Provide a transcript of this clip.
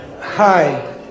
Hi